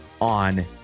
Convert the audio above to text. on